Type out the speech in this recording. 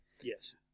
Yes